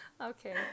okay